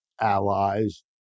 allies